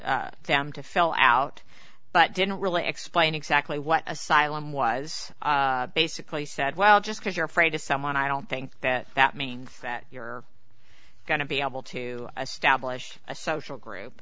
to them to fill out but didn't really explain exactly what asylum was basically said well just because you're afraid of someone i don't think that that means that you're going to be able to establish a social group